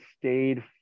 stayed